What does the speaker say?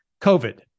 COVID